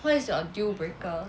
what is your deal breaker